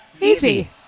Easy